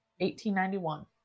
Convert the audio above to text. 1891